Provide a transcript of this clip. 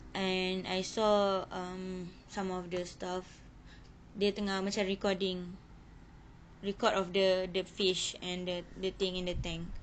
and I saw um some of the stuff dia tengah macam recording record of the the fish and the the thing in the tank